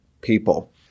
people